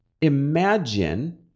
Imagine